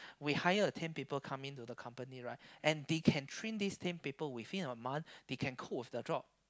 we hire a ten people coming to the company right and they can train this ten people within a month they can coupe with the job